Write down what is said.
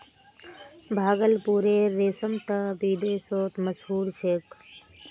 भागलपुरेर रेशम त विदेशतो मशहूर छेक